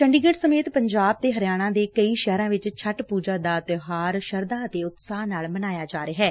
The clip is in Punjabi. ਚੰਡੀਗੜ ਸਮੇਤ ਪੰਜਾਬ ਤੇ ਹਰਿਆਣਾ ਦੇ ਕਈ ਸ਼ਹਿਰਾਂ ਚ ਛੱਠ ਪੁਜਾ ਦਾ ਤਿਉਹਾਰ ਸ਼ਰਧਾ ਅਤੇ ਉਤਸ਼ਾਹ ਨਾਲ ਮਨਾਇਆ ਜਾ ਰਿਹੈ